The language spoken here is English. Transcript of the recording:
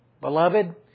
Beloved